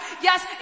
Yes